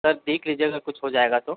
sir देख लीजिएगा अगर कुछ हो जाएगा तो